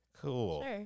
cool